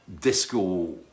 disco